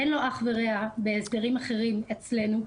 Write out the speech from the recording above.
אין לו אח ורע בהסדרים אחרים אצלנו,